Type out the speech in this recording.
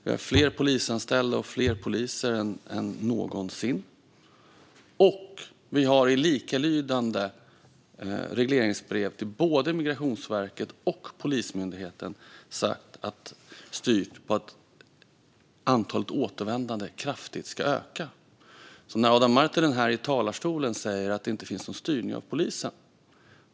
Vi har fler polisanställda och fler poliser än någonsin. Vi har också i likalydande regleringsbrev till Migrationsverket och Polismyndigheten sagt att antalet återvändande kraftigt ska öka. Adam Marttinen ljuger när han här i talarstolen säger att det inte finns någon styrning av polisen.